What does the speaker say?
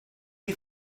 you